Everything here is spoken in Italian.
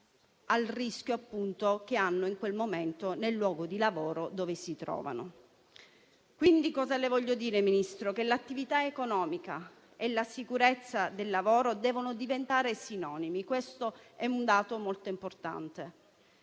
al rischio che corrono in quel momento nel luogo di lavoro dove si trovano. Signora Ministra, desidero quindi dirle che l'attività economica e la sicurezza sul lavoro devono diventare sinonimi: questo è un dato molto importante.